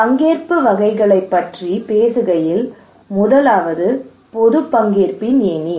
பங்கேற்பு வகைகளைப் பற்றி பேசுகையில் முதலாவது பொது பங்கேற்பின் ஏணி